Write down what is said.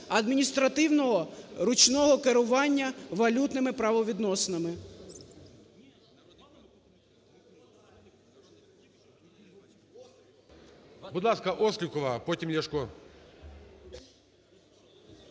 адміністративного ручного керування валютними правовідносинами.